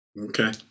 Okay